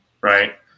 right